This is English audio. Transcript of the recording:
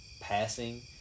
passing